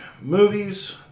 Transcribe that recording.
movies